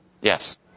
Yes